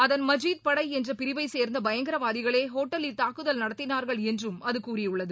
அதன் மஜித் படை என்ற பிரிவை சேர்ந்த பயங்கரவாதிகளே ஒட்டலில தாக்குதல் நடத்தினார்கள் என்றும் அது கூறியுள்ளது